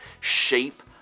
shape